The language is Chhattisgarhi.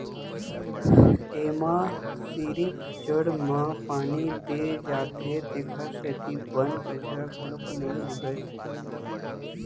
एमा सिरिफ जड़ म पानी दे जाथे तेखर सेती बन कचरा घलोक नइ उगय